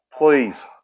Please